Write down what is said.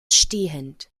stehend